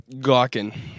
gawking